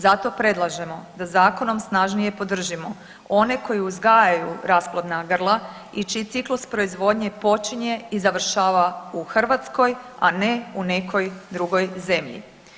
Zato predlažemo da zakonom snažnije podržimo one koji uzgajaju rasplodna grla i čiji ciklus proizvodnje počinje i završava u Hrvatskoj, a ne u nekoj drugoj zemlji.